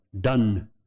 done